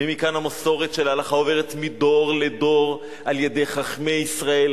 ומכאן המסורת של ההלכה עוברת מדור לדור על-ידי חכמי ישראל,